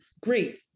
great